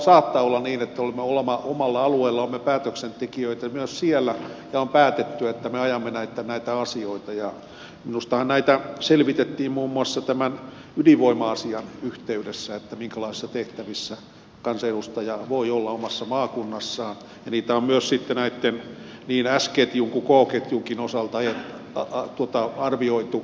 saattaa olla niin että olemme päätöksentekijöitä myös omalla alueellamme ja on päätetty että me ajamme näitä asioita ja minustahan näitä selvitettiin muun muassa ydinvoima asian yhteydessä minkälaisissa tehtävissä kansanedustaja voi olla omassa maakunnassaan ja niitä on myös sitten näitten niin s ketjun kuin k ketjunkin osalta arvioitu